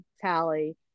tally